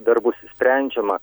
dar bus sprendžiama